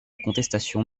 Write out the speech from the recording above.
contestation